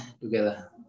together